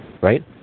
Right